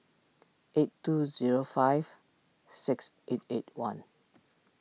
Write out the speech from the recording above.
eight two zero five six eight eight one